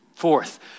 Fourth